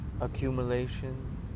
accumulation